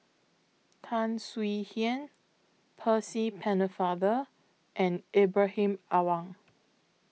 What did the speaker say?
Tan Swie Hian Percy Pennefather and Ibrahim Awang